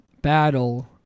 Battle